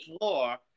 floor